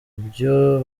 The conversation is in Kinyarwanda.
byo